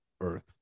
Earth